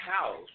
house